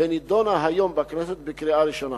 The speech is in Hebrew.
ונדונה היום בכנסת בקריאה ראשונה.